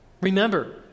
Remember